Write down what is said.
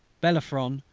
bellerophon,